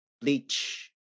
Bleach